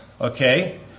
okay